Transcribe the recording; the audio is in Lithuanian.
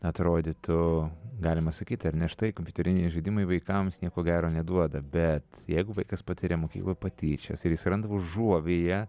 atrodytų galima sakyti ar ne štai kompiuteriniai žaidimai vaikams nieko gero neduoda bet jeigu vaikas patiria mokykloj patyčias ir jis randa užuovėją